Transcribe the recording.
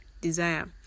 Desire